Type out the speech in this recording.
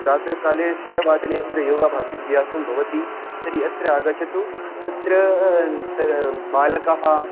प्रातःकाले षड्वादने अत्र योगाभास् भ्यासम् भवति तर्हि अत्र आगच्छतु अत्र बालकः